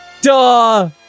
Duh